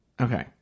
okay